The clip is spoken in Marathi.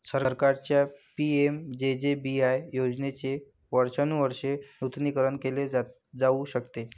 सरकारच्या पि.एम.जे.जे.बी.वाय योजनेचे वर्षानुवर्षे नूतनीकरण केले जाऊ शकते